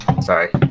Sorry